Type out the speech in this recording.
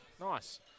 Nice